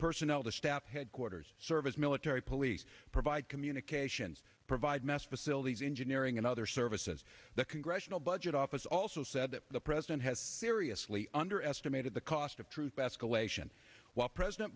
personnel to staff headquarters service military police provide communications provide mess facilities engineering and other services the congressional budget office also said that the president has seriously underestimated the cost of truth